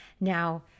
Now